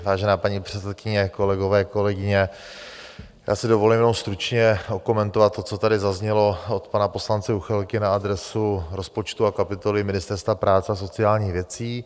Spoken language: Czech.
Vážená paní předsedkyně, kolegové, kolegyně, já si dovolím jenom stručně okomentovat, co tady zaznělo od pana poslance Juchelky na adresu rozpočtu a kapitoly Ministerstva práce a sociálních věcí.